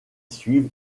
suivent